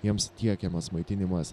jiems tiekiamas maitinimas